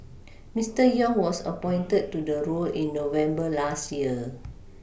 Mister Yong was appointed to the role in November last year